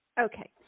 Okay